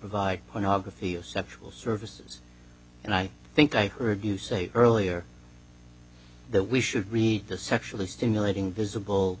provide one of a fee of sexual services and i think i heard you say earlier that we should read the sexually stimulating visible